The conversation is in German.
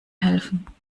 helfen